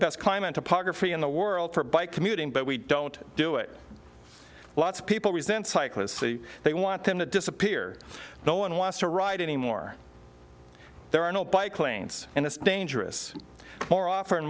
best climate topography in the world for bike commuting but we don't do it lots of people resent cyclists see they want them to disappear no one wants to ride anymore there are no bike lanes and it's dangerous more of